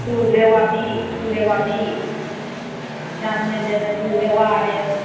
ꯆꯨꯗ꯭ꯔꯦ ꯋꯥꯕꯤ ꯆꯨꯔꯦ ꯋꯥꯕꯤ ꯌꯥꯝ ꯍꯦꯟꯖꯟꯅ ꯆꯨꯔꯦ ꯋꯥꯔꯦ